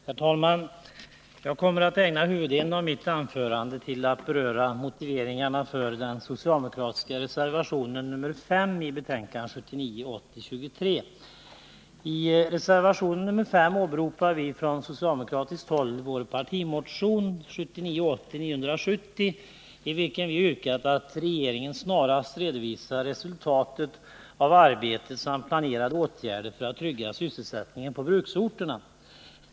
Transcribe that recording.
Herr talman! Jag kommer att ägna huvuddelen av mitt anförande åt att beröra motiveringarna till den socialdemokratiska reservationen nr 5 i arbetsmarknadsutskottets betänkande 1979 80:970, i vilken vi yrkar att regeringen snarast redovisar resultatet av arbetet inom regeringens kansli samt vilka åtgärder som planeras för att trygga sysselsättningen på bruksorterna.